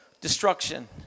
destruction